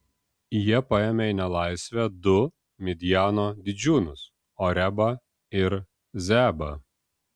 jie paėmė į nelaisvę du midjano didžiūnus orebą ir zeebą